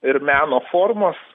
ir meno formos